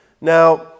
Now